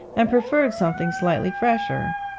and preferred something slightly fresher,